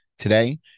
Today